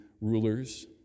rulers